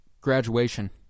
Graduation